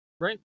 Right